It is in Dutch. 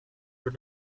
voor